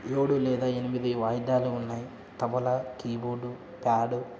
ఏడు లేదా ఎనిమిది వాయిద్యాలు ఉన్నాయి తబలా కీబోర్డు ప్యాడ్